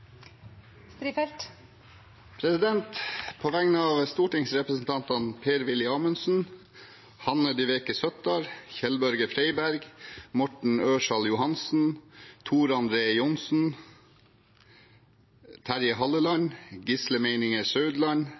På vegne av stortingsrepresentantene Per-Willy Amundsen, Hanne Dyveke Søttar, Kjell-Børge Freiberg, Morten Ørsal Johansen, Tor André Johnsen, Terje Halleland, Giske Meininger Saudland,